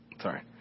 Sorry